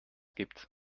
gibt